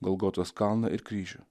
golgotos kalną ir kryžių